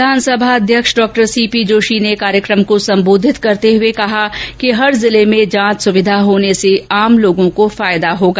विधानसभा अध्यक्ष डॉ C P Joshi ने कार्यक्रम को संबोधित करते हुए कहा कि हर जिले में जांच सुविधा होने से आम लोगों को फायदा होगा